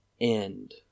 end